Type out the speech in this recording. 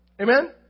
Amen